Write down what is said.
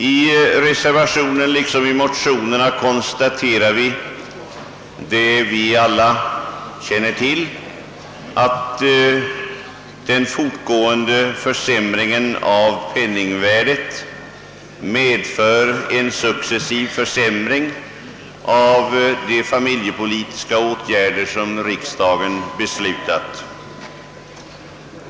I reservationen liksom i motionerna konstaterar vi, att den fortgående försämringen av penningvärdet medfört en successiv försämring av de familjepolitiska åtgärder som riksdagen beslutat.